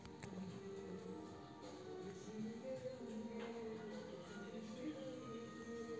ಬದನೆಕಾಯಿ ಒಳಗೆ ಯಾವ ಹುಳ ಹೆಚ್ಚಾಗಿ ಬರುತ್ತದೆ?